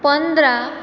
पंदरा